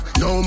no